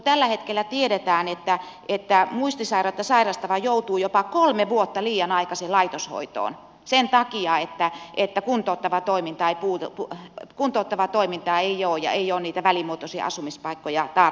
tällä hetkellä tiedetään että muistisairautta sairastava joutuu jopa kolme vuotta liian aikaisin laitoshoitoon sen takia että kuntouttavaa toimintaa ei ole ja ei ole niitä välimuotoisia asumispaikkoja tarpeeksi